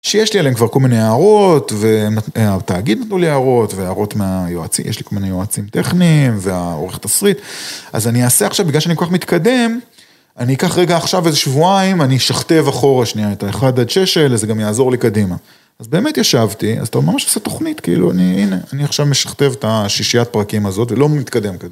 שיש לי עליהם כבר כל מיני הערות, והתאגיד נתנו לי הערות, והערות מהיועצים, יש לי כל מיני יועצים טכניים, והעורך תסריט, אז אני אעשה עכשיו, בגלל שאני כל כך מתקדם, אני אקח רגע עכשיו איזה שבועיים, אני אשכתב אחורה שנייה את ה-1 עד 6 האלה, זה גם יעזור לי קדימה. אז באמת ישבתי, אז אתה ממש עושה תוכנית, כאילו אני הנה, אני עכשיו משכתב את השישיית פרקים הזאת ולא מתקדם קדימה.